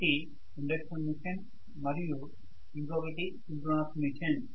ఒకటి induction machine మరియు ఇంకొకటి సింక్రోనస్ మెషీన్